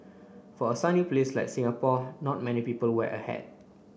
for a sunny place like Singapore not many people wear a hat